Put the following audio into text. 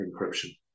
encryption